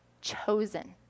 chosen